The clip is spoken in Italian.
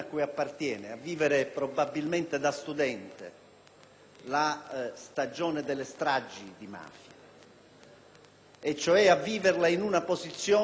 la stagione delle stragi di mafia, cioè a viverla nella posizione di giovane che rischia di perdere